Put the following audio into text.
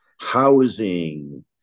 housing